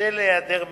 בשל היעדר מידע.